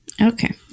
Okay